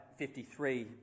53